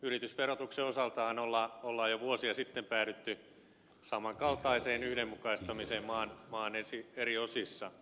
yritysverotuksen osaltahan on jo vuosia sitten päädytty saman kaltaiseen yhdenmukaistamiseen maan eri osissa